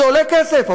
זה עולה כסף,